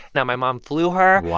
now, my mom flew her. wow.